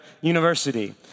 university